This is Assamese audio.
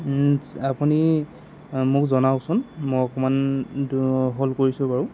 আপুনি মোক জনাওঁকচোন মই অকণমান হ'ল্ড কৰিছোঁ বাৰু